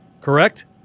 correct